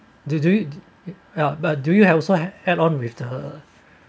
do do you ya but do you have also have add on with the